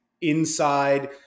inside